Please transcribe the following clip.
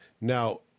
Now